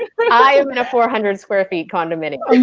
but i mean a four hundred square feet condominium.